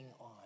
on